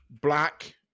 black